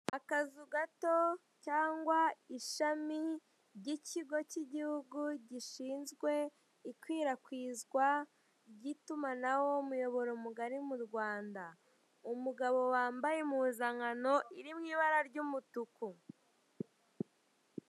Akazu gato cyangwa ishami ry'ikigo k'igihugu gishinzwe ikwirakwizwa ry'itumanaho muyoboro mugari mu Rwanda. Umugabo wambaye impuzankano iri mw'ibara ry'umutuku.